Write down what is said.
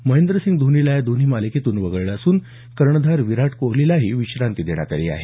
महेंद्रसिंग धोनीला या दोन्ही मालिकेतून वगळलं असून कर्णधार विराट कोहलीलाही विश्रांती देण्यात आली आहे